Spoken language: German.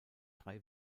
drei